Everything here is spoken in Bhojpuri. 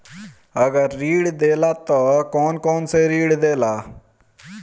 अगर ऋण देला त कौन कौन से ऋण देला?